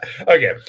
Okay